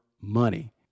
money